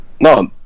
No